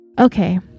Okay